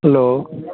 hello